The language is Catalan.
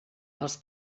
els